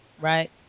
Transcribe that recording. right